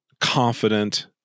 confident